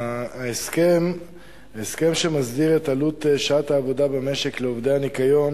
ההסכם שמסדיר את עלות שעת העבודה במשק לעובדי הניקיון